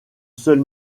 seul